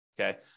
Okay